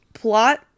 plot